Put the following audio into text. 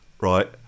right